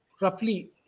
roughly